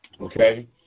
okay